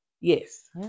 yes